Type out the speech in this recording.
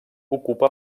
ocupa